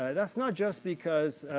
that's not just because